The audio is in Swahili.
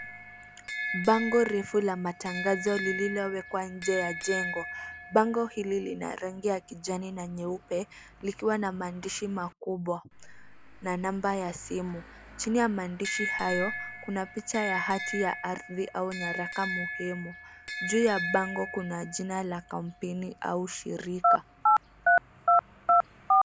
Bango refu la matangazo lililowekwa nje ya jengo. Bango hili lina rangi ya kijani na nyeupe likiwa na maandishi makubwa na namba ya simu. Chini ya maandishi hayo, kuna picha ya hati ya ardhi au nyaraka muhimu. Juu ya bango, kuna jina la kampini au shirika.